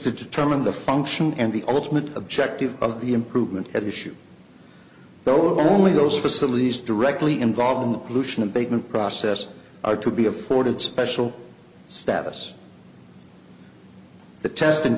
determine the function and the ultimate objective of the improvement at issue though only those facilities directly involved in the pollution abatement process are to be afforded special status the test and